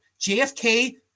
JFK